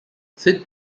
sid